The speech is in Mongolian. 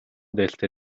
дээлтэй